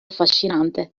affascinante